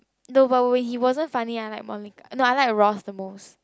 the while when he wasn't funny I like Monic~ not I like the Ross the most